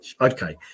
okay